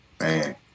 Man